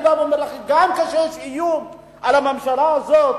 אני בא ואומר לכם: גם כשיש איום על הממשלה הזאת,